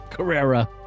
Carrera